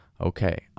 Okay